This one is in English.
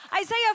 Isaiah